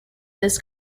this